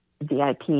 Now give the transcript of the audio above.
VIP